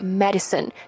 ，medicine，